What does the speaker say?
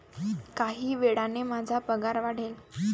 काही वेळाने माझा पगार वाढेल